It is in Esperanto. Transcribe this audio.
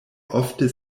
ofte